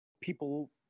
people